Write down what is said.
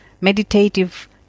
meditative